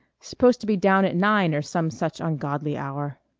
supposed to be down at nine or some such ungodly hour.